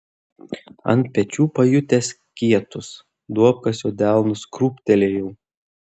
ant pečių pajutęs kietus duobkasio delnus krūptelėjau